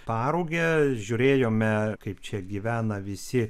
paruge žiūrėjome kaip čia gyvena visi